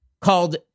called